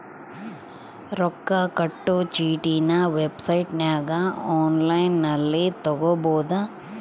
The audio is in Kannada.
ರೊಕ್ಕ ಕಟ್ಟೊ ಚೀಟಿನ ವೆಬ್ಸೈಟನಗ ಒನ್ಲೈನ್ನಲ್ಲಿ ತಗಬೊದು